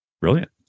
Brilliant